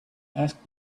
asked